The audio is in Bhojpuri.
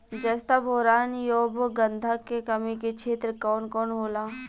जस्ता बोरान ऐब गंधक के कमी के क्षेत्र कौन कौनहोला?